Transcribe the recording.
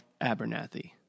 Abernathy